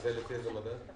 לפי איזה מדד?